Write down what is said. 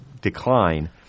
decline